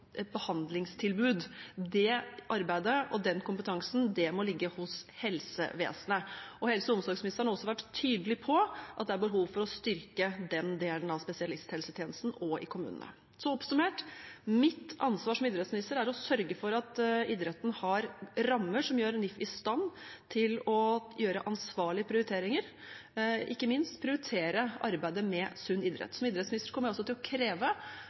et behandlingstilbud. Det arbeidet og den kompetansen må ligge hos helsevesenet, og helse- og omsorgsministeren har også vært tydelig på at det er behov for å styrke den delen av spesialisthelsetjenesten også i kommunene. Oppsummert: Mitt ansvar som idrettsminister er å sørge for at idretten har rammer som gjør NIF i stand til å gjøre ansvarlige prioriteringer, ikke minst prioritere arbeidet med sunn idrett. Som idrettsminister kommer jeg også til å kreve